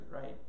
right